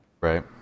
Right